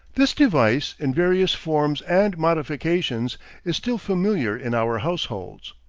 this device in various forms and modifications is still familiar in our households.